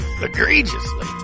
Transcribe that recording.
egregiously